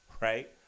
right